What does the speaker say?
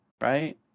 right